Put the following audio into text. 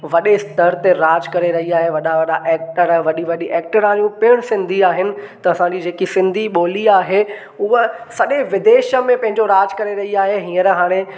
वॾे स्तर ते राज करे रही आहे वॾा वॾा एक्टर वॾी वॾी एक्टराणियूं पिण सिंधी आहिनि त असांजी जेकी सिंधी ॿोली आहे उहा सॼे विदेश में पंहिंजो राज करे रही आहे हीअंर हाणे